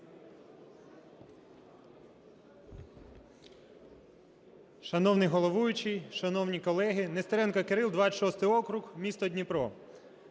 Шановний головуючий, шановні колеги! Нестеренко Кирилл, 26-й округ, місто Дніпро.